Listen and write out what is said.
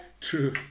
true